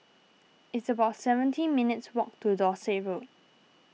it's about seventeen minutes' walk to Dorset Road